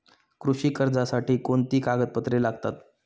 कृषी कर्जासाठी कोणती कागदपत्रे लागतात?